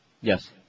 Yes